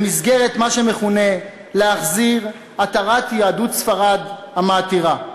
במסגרת מה שמכונה "להחזיר עטרת יהדות ספרד המעטירה",